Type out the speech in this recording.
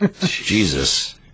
Jesus